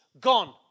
gone